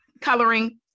coloring